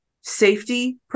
safety